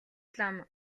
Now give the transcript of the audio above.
лам